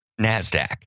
NASDAQ